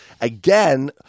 Again